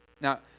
Now